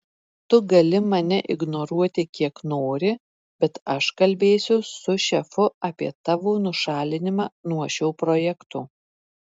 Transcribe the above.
tu gali mane ignoruoti kiek nori bet aš kalbėsiu su šefu apie tavo nušalinimą nuo šio projekto